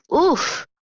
oof